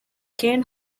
kane